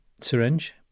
syringe